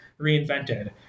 reinvented